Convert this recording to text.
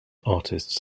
artists